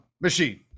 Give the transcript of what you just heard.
Machine